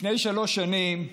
לפני שלוש שנים,